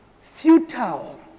futile